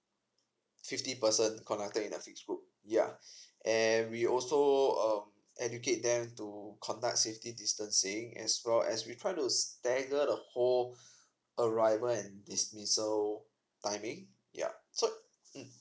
fifty person conducted in a fix group yeah and we also um educate them to conduct safety distancing as well as we try to stagger the whole arrival and dismissal timing yup so mm